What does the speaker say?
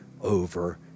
over